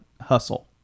hustle